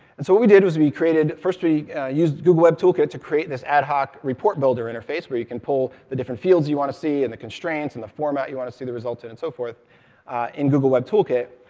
and so what we did was, first we used google web toolkit to create this ad hoc report-builder interface, where you can pull the different fields you want to see, and the constraints and the format you want to see the result in, and so forth in google web toolkit.